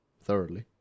thoroughly